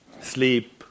sleep